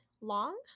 long